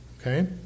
Okay